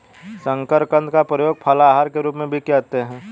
शकरकंद का प्रयोग फलाहार के रूप में भी करते हैं